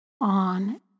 on